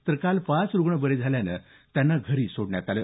तर काल पाच रुग्ण बरे झाल्यान त्यांना घरी सोडण्यात आलं